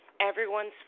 everyone's